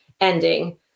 ending